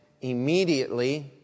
immediately